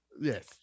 Yes